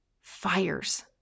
fires